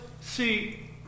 see